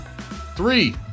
Three